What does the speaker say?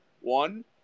One